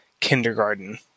kindergarten